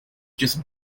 just